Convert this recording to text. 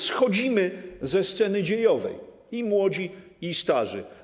Schodzimy ze sceny dziejowej: i młodzi, i starzy.